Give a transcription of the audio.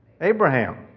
Abraham